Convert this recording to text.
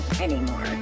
anymore